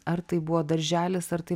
ar tai buvo darželis ar tai